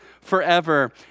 forever